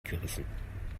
gerissen